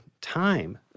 time